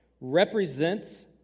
represents